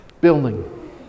building